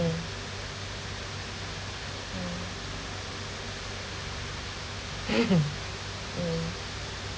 mm mm mm